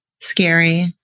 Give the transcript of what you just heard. scary